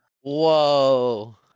Whoa